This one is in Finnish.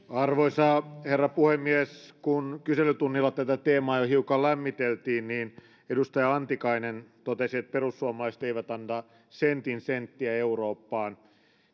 arvoisa herra puhemies kun kyselytunnilla tätä teemaa jo hiukan lämmiteltiin niin edustaja antikainen totesi että perussuomalaiset eivät anna sentin senttiä eurooppaan